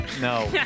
No